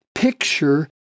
Picture